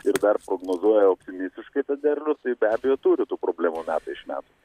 ir dar prognozuoja optimistiškai tą derlių tai be abejo turi tų problemų metai iš metų